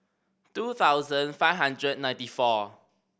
two thousand five hundred ninety four